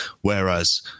Whereas